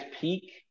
peak